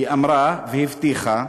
היא אמרה והבטיחה: